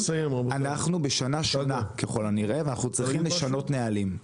אנחנו בשנה שונה ככל הנראה ואנחנו צריכים לשנות נהלים,